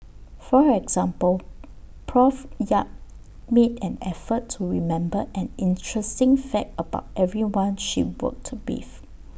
for example Prof yap made an effort to remember an interesting fact about everyone she worked with